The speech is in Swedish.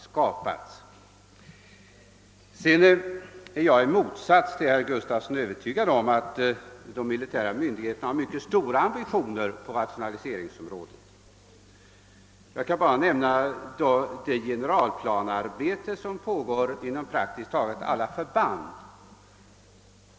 Sedan är jag i motsats till herr Gustafsson i Uddevalla övertygad om att militärmyndigheterna har mycket stora rationaliseringsambitioner. Jag vill bara nämna det generalplanearbete som pågår inom praktiskt taget alla förband.